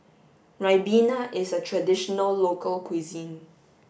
Ribena is a traditional local cuisine